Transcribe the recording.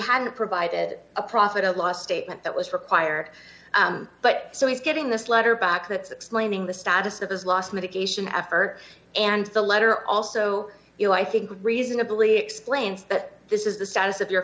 hadn't provided a profit and loss statement that was required but so he's getting this letter back that explaining the status of his loss mitigation effort and the letter also you know i think reasonably explains that this is the status of your